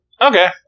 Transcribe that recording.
Okay